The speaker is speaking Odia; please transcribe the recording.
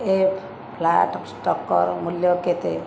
ଏଫ୍ ଫ୍ଲାଟ୍ ଷ୍ଟକ୍ର ମୂଲ୍ୟ କେତେ